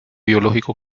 biológico